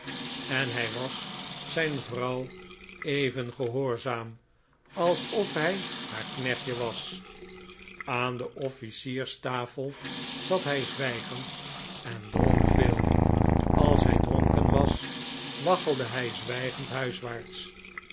en hij was zijrr vrouw even gehoorzaam alsof hij haar knechtje was aan de officierstafel zat hij zwijgend en dronk veel als hij dronken was waggeldehij zwijgend